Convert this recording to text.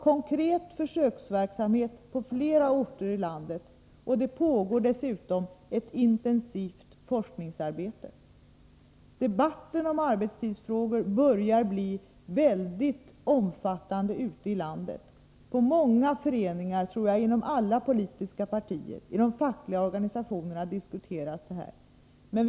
Konkret försöksverksamhet pågår på flera orter i landet. Dessutom pågår ett intensivt forskningsarbete. Debatten om arbetstidsfrågor börjar bli mycket omfattande ute i landet. Inom många föreningar, inom — tror jag — alla politiska partier och inom de fackliga organisationerna diskuteras denna fråga.